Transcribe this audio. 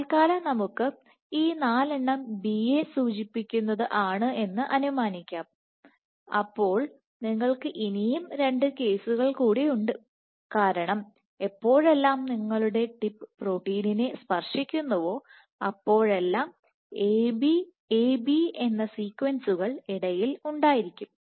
തൽക്കാലം നമുക്ക് ഈ നാലെണ്ണം B യെ സൂചിപ്പിക്കുന്നത് ആണെന്ന് അനുമാനിക്കാം അപ്പോൾ നിങ്ങൾക്ക് ഇനിയും രണ്ട് കേസുകൾ ഉണ്ട് കാരണം എപ്പോഴെല്ലാം നിങ്ങളുടെ ടിപ്പ് പ്രോട്ടീനിനെ സ്പർശിക്കുന്നുവോ അപ്പോഴെല്ലാം A B A B എന്ന സീക്വൻസുകൾ ഇടയിൽ ഉണ്ടായിരിക്കും